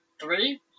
three